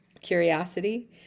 curiosity